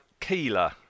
Keeler